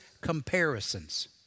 comparisons